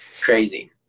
crazy